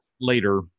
later